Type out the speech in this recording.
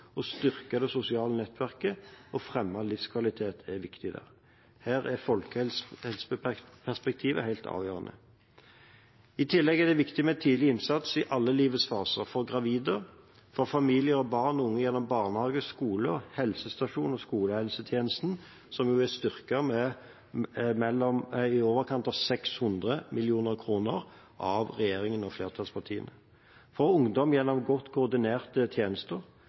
å styrke det sosiale nettverket og fremme livskvalitet er viktig der. Her er folkehelseperspektivet helt avgjørende. I tillegg er det viktig med tidlig innsats i alle livets faser: for gravide, for familier, barn og unge gjennom barnehage, skole, helsestasjon og skolehelsetjenesten, som vil bli styrket med i overkant av 600 mill. kr av regjeringen og flertallspartiene, for ungdom gjennom godt koordinerte tjenester,